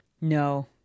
No